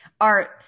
art